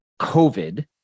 covid